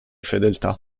fedeltà